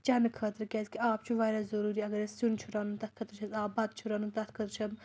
چَنہٕ خٲطرٕ کیٛازکہِ آب چھُ واریاہ ضٔروٗری اَگر اَسہِ سیُن چھُ رَنُن تَتھ خٲطرٕ چھِ اَسہِ آب بَتہٕ چھُ رَنُن تَتھ خٲطرٕ چھِ